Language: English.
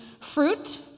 fruit